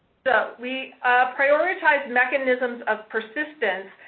so, we prioritized mechanisms of persistence,